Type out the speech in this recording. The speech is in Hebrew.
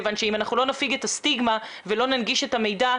כיוון שאם אנחנו לא נפיג את הסטיגמה ולא ננגיש את המידע,